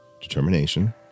determination